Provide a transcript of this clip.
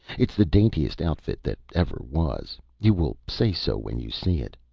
it's the daintiest outfit that ever was you will say so, when you see it.